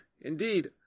Indeed